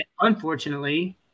Unfortunately